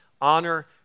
Honor